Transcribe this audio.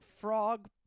Frog